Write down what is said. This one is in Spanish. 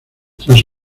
tras